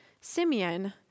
Simeon